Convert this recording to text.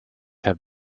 have